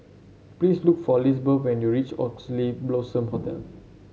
please look for Lizbeth when you reach Oxley Blossom Hotel